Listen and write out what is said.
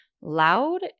loud